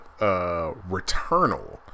Returnal